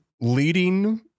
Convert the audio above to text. leading